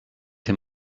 him